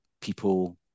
people